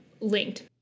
linked